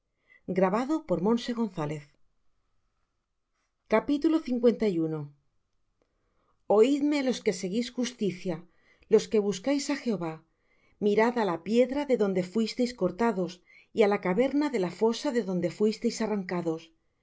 de mi mano os vendrá esto en dolor seréis sepultados oidme los que seguís justicia los que buscáis á jehová mirad á la piedra de donde fuisteis cortados y á la caverna de la fosa de donde fuisteis arrancados